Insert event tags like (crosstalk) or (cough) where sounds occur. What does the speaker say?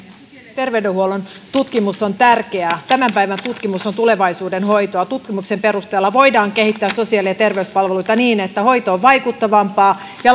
terveydenhuollon tutkimus on tärkeää tämän päivän tutkimus on tulevaisuuden hoitoa tutkimuksen perusteella voidaan kehittää sosiaali ja terveyspalveluita niin että hoito on vaikuttavampaa ja (unintelligible)